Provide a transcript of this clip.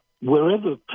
wherever